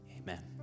amen